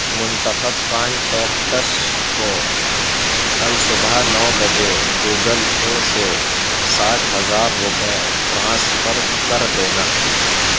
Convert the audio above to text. منتخب کانٹیکٹس کو کل صبح نو بجے گوگل پے سے ساٹھ ہزار روپئے ٹرانسفر کر دینا